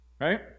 right